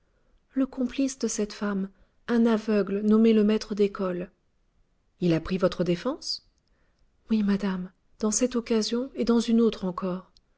le complice de cette femme un aveugle nommé le maître d'école il a pris votre défense oui madame dans cette occasion et dans une autre encore